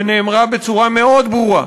שנאמרה בצורה מאוד ברורה,